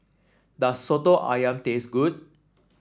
does soto ayam taste good